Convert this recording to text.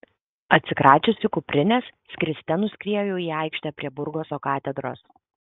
atsikračiusi kuprinės skriste nuskrieju į aikštę prie burgoso katedros